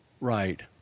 right